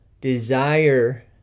desire